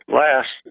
last